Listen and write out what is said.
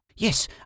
Yes